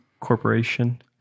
corporation